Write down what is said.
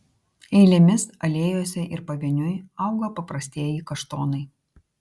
eilėmis alėjose ir pavieniui auga paprastieji kaštonai